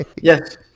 Yes